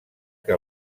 que